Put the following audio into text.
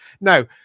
Now